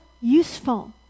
useful